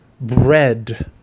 bread